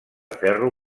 ferro